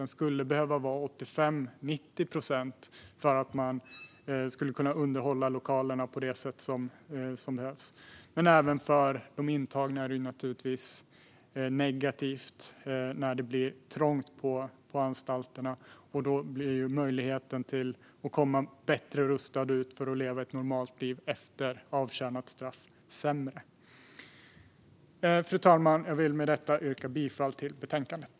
Den behöver vara 85-90 procent för att man ska kunna underhålla lokalerna på det sätt som behövs. Men det är naturligtvis negativt även för de intagna när det blir trångt på anstalterna. Då blir möjligheten att rusta sig för att leva ett normalt liv efter avtjänat straff sämre. Fru talman! Jag vill yrka bifall till utskottets förslag i betänkandet.